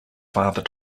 father